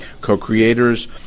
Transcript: co-creators